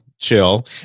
chill